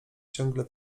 ciągle